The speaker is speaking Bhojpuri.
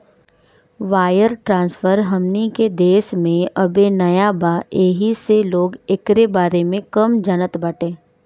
वायर ट्रांसफर हमनी के देश में अबे नया बा येही से लोग एकरी बारे में कम जानत बाटे